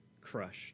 crushed